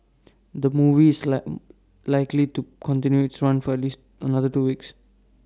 the movie is like likely to continue its run for at least another two weeks